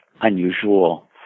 unusual